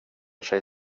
tjej